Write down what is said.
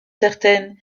certaine